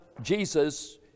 Jesus